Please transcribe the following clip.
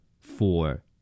Four